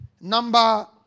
Number